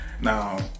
Now